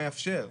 מאפשר.